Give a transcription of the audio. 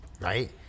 Right